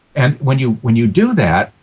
and when you when you do that,